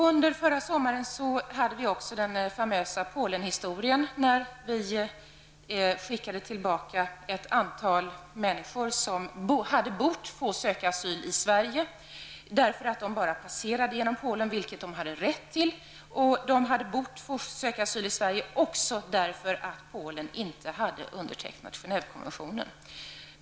Under förra sommaren hade vi också den famösa Polenhistorien när vi skickade tillbaka ett antal människor som borde ha fått söka asyl i Sverige -- de bara passerade genom Polen, vilket de hade rätt till. De borde ha fått söka asyl i Sverige också därför att Polen inte hade undertecknat Genèvekonventionen.